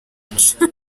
icumi